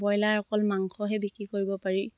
broiler অকল মাংসহে বিক্ৰী কৰিব পাৰি